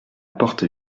porte